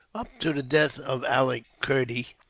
up to the death of ali kerdy,